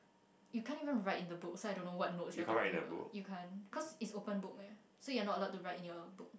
you can't even write in the book so I don't know what notes you're talking about you can't cause it's open book eh so you're not allowed to write in your book